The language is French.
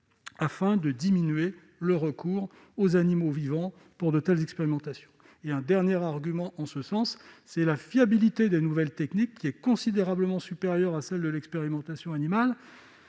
afin de diminuer le recours aux animaux vivants pour ces expérimentations. J'ajoute que la fiabilité des nouvelles techniques est considérablement supérieure à celle de l'expérimentation animale